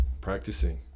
practicing